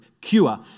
cure